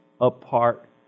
apart